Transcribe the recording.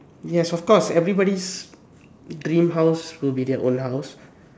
yes of course everybody's dream house will be their own house